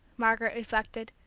margaret reflected,